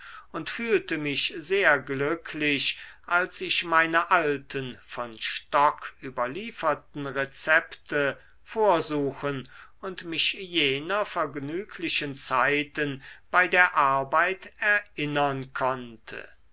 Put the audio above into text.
und fühlte mich sehr glücklich als ich meine alten von stock überlieferten rezepte vorsuchen und mich jener vergnüglichen zeiten bei der arbeit erinnern konnte